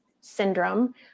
syndrome